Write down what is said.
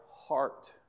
Heart